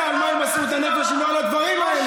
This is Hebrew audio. על מה הם מסרו את הנפש אם לא על הדברים האלה.